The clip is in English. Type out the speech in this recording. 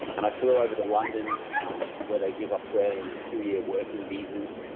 and i flew over to london um where they give australians two-year working visas,